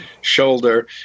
shoulder